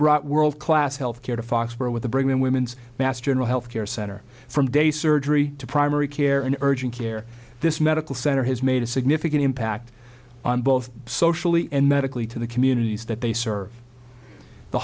brought world class health care to foxboro with the bring in women's mass general health care center from day surgery to primary care and urgent care this medical center has made a significant impact on both socially and medically to the communities that they serve the